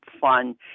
fun